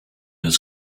his